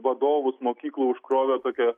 vadovus mokyklų užkrovę tokia